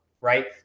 right